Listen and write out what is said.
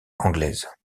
anglaise